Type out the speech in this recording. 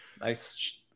nice